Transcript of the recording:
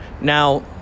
Now